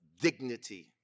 dignity